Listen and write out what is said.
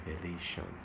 revelation